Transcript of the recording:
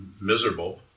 miserable